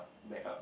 back up